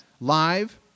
live